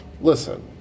Listen